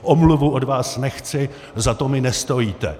Omluvu od vás nechci, za to mi nestojíte.